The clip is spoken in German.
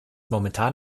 momentan